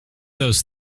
those